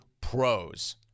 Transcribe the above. pros